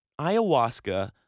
ayahuasca